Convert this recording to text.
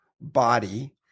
body